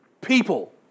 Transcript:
people